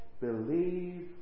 believe